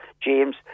James